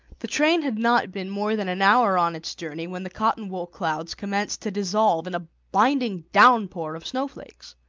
the train had not been more than an hour on its journey when the cotton wool clouds commenced to dissolve in a blinding downpour of snowflakes.